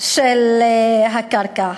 של הקרקע,